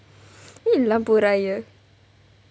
you mean lampu raya